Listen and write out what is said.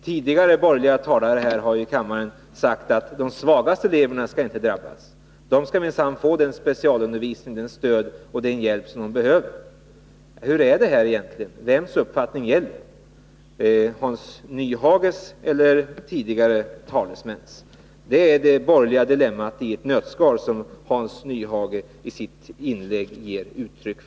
Tidigare borgerliga talare har sagt här i kammaren att de svagaste eleverna inte skall drabbas, utan att de minsann skall få den specialundervisning, det stöd och den hjälp som de behöver. Hur förhåller det sig med det här egentligen? Vems uppfattning gäller? Hans Nyhages eller tidigare borgerliga talesmäns? — Det Hans Nyhage gav uttryck för i sitt inlägg var det borgerliga dilemmat i ett nötskal.